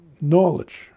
knowledge